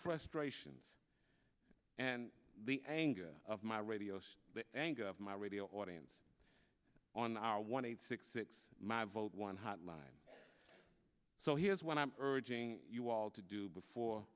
frustrations and the anger of my radio show the anger of my radio audience on our one eight six six my vote one hotline so here's what i'm urging you all to do before